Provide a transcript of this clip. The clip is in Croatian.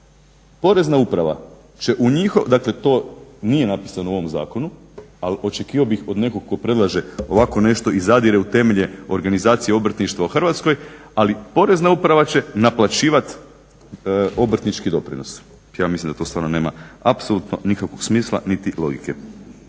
Porezna uprava će u njihov, dakle to nije napisano u ovom zakonu, ali očekivao bih od nekog tko predlaže ovako nešto i zadire u temelje organizacije obrtništva u Hrvatskoj, ali Porezna uprava će naplaćivat obrtnički doprinos. Ja mislim da to stvarno nema apsolutno nikakvog smisla niti logike.